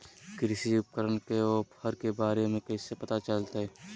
कृषि उपकरण के ऑफर के बारे में कैसे पता चलतय?